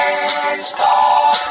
baseball